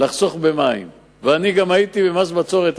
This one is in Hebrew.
לחסוך מים והייתי גם בעד מס הבצורת,